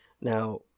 Now